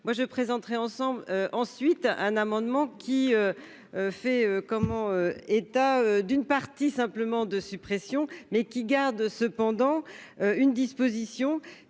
moi je présenterai ensemble ensuite un amendement qui fait comment, état d'une partie simplement de suppressions mais qui garde cependant une disposition.